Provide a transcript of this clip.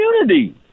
community